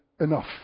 enough